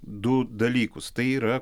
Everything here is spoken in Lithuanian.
du dalykus tai yra